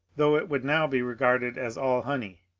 though it would now be regarded as all honey